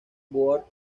world